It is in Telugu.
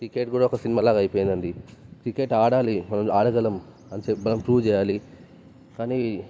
క్రికెట్ కూడా ఒక సినిమాలాగా అయిపోయిందండి క్రికెట్ ఆడాలి మనం ఆడగలం అని చెప్పి మనం ప్రూవ్ చేయాలి కానీ